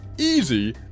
Easy